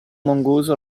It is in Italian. mongoose